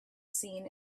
seen